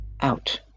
Out